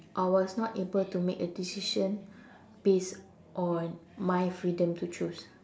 I was not able to make a decision based on my freedom to choose